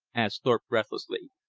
asked thorpe breathlessly.